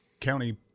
county